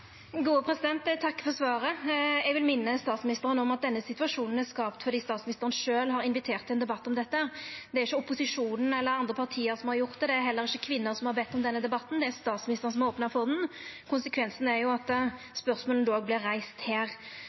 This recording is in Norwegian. Eg takkar for svaret. Eg vil minna statsministeren om at denne situasjonen er skapt fordi statsministeren sjølv har invitert til ein debatt om dette. Det er ikkje opposisjonen eller andre parti som har gjort det. Det er heller ikkje kvinner som har bedt om denne debatten, det er statsministeren som har opna for han. Konsekvensen er at spørsmåla vert reiste her.